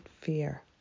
fear